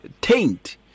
taint